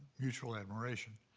mutual admiration.